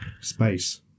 Space